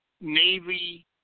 Navy